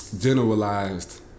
generalized